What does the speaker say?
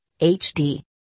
HD